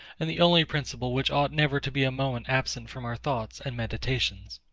and the only principle which ought never to be a moment absent from our thoughts and meditations?